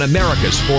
America's